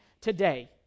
today